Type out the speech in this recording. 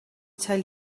tell